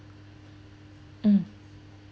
mm